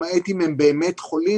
למעט אם הם באמת חולים,